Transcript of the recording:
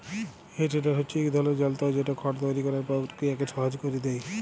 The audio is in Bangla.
হে টেডার হছে ইক ধরলের যল্তর যেট খড় তৈরি ক্যরার পকিরিয়াকে সহজ ক্যইরে দেঁই